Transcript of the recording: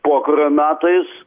pokario metais